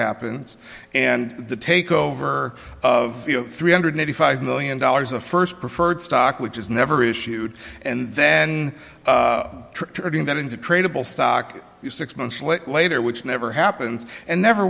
happens and the takeover of three hundred eighty five million dollars a first preferred stock which is never issued and then turning that into tradeable stock you six months late later which never happens and never